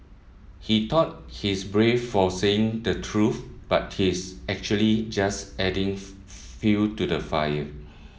he thought he's brave for saying the truth but he's actually just adding fuel to the fire